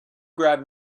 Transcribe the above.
grab